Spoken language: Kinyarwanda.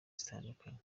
zitandukanye